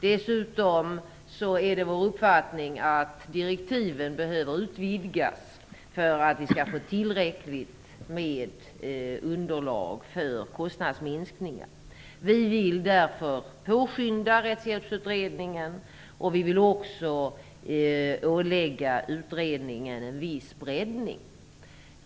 Dessutom är det vår uppfattning att direktiven behöver utvidgas för att vi skall få tillräckligt underlag för kostnadsminskningen. Vi vill därför påskynda Rättshjälpsutredningen och vi vill också ålägga utredningen en viss breddning.